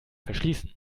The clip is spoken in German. verschließen